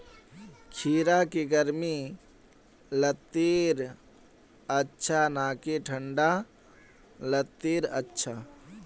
खीरा की गर्मी लात्तिर अच्छा ना की ठंडा लात्तिर अच्छा?